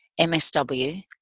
MSW